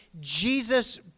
Jesus